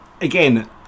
again